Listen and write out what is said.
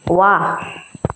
वा